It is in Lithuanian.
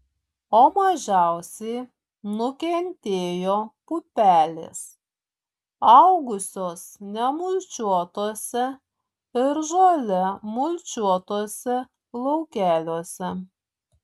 o mažiausiai nukentėjo pupelės augusios nemulčiuotuose ir žole mulčiuotuose laukeliuose